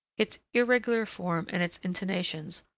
its irregular form and its intonations,